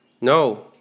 No